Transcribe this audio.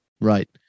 Right